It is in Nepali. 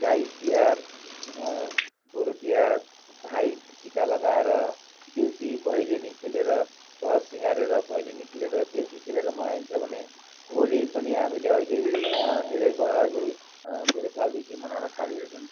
गाई तिहार गोरु तिहार भाइ टिका लगाएर देउसी भैलिनी खेलेर घर सिँगारेर भैलिनी खेलेर देउसी खेलेर मनाइन्छ भने होली पनि हामीले अहिले धेरै भयो अहिले धेरै सालदेखि मनाउन थालिरहेछन्